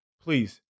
please